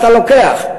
אתה לוקח,